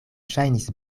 ŝajnis